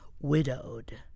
widowed